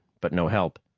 but no help.